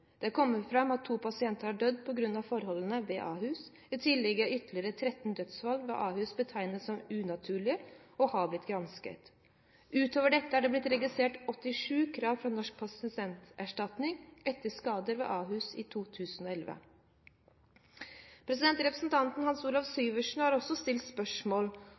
Det har kommet fram at to pasienter har dødd på grunn av forholdene ved Ahus. I tillegg er ytterligere 13 dødsfall ved Ahus betegnet som unaturlige og har blitt gransket. Utover dette har det blitt registrert 87 krav fra Norsk pasientskadeerstatning etter skader ved Ahus i 2011. Representanten Hans Olav Syversen har stilt spørsmål